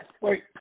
Wait